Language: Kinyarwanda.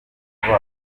babo